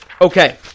Okay